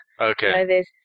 okay